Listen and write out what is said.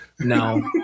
No